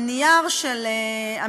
אסביר לך.